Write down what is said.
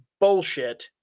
bullshit